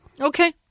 Okay